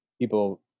People